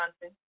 Johnson